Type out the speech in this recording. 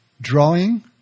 Drawing